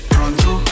Pronto